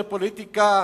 של פוליטיקה